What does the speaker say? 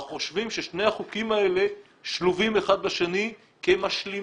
אנחנו חושבים ששני החוקים האלה שלובים אחד בשני כמשלימים